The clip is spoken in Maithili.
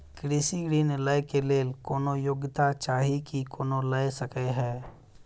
कृषि ऋण लय केँ लेल कोनों योग्यता चाहि की कोनो लय सकै है?